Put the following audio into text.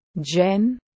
Jen